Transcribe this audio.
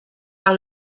par